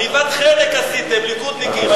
עניבת חנק עשיתם, ליכודניקים.